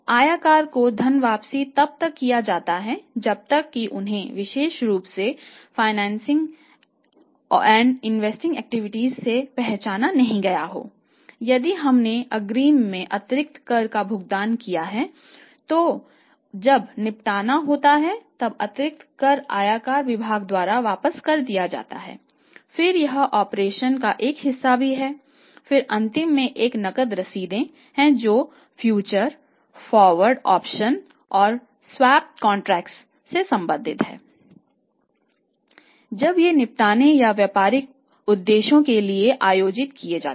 आयकर को धनवापसी तब तक किया जाता है जब तक कि उन्हें विशेष रूप से फाइनेंसिंग और इन्वेस्टिंग एक्टिविटीज से संबंधित हैं जब ये निपटने या व्यापारिक उद्देश्यों के लिए आयोजित किए जाते हैं